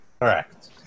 Correct